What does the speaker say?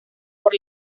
por